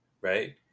right